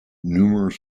numerous